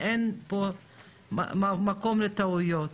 אין פה מקום לטעויות.